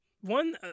one